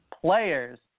players